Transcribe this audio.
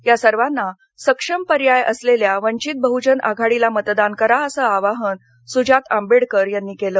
या सर्वांना सक्षम पर्याय असलेल्या वंचित बहूजन आघाडीला मतदान करा असं आवाहन सुजात आंबेडकर यांनी केलं